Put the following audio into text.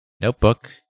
notebook